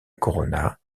corona